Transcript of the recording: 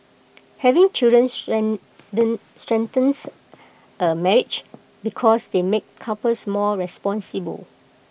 having children strengthens A marriage because they make couples more responsible